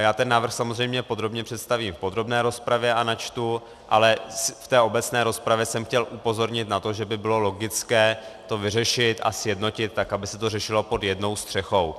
Já ten návrh samozřejmě podrobně představím a načtu v podrobné rozpravě, ale v té obecné rozpravě jsem chtěl upozornit na to, že by bylo logické to vyřešit a sjednotit tak, aby se to řešilo pod jednou střechou.